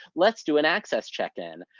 let's do an access check-in.